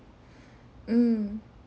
mm